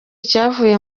cyavuye